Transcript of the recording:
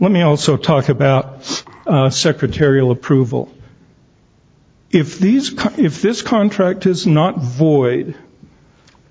let me also talk about secretarial approval if these if this contract is not void